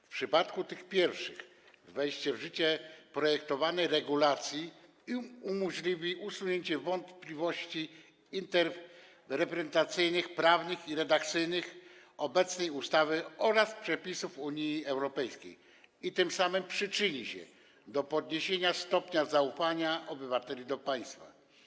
W przypadku tych pierwszych wejście w życie projektowanej regulacji umożliwi usunięcie wątpliwości interpretacyjnych, prawnych i redakcyjnych związanych z obecną ustawą oraz przepisami Unii Europejskiej i tym samym przyczyni się do zwiększenia stopnia zaufania obywateli do państwa.